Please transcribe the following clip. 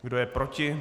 Kdo je proti?